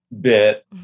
bit